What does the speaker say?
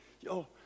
Yo